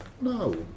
no